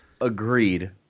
agreed